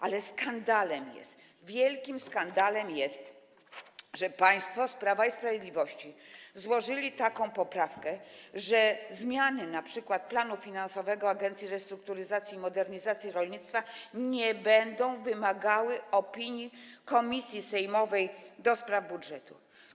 Ale skandalem, wielkim skandalem jest to, że państwo z Prawa i Sprawiedliwości złożyli taką poprawkę, że zmiany np. planu finansowego Agencji Restrukturyzacji i Modernizacji Rolnictwa nie będą wymagały opinii sejmowej komisji do spraw budżetu.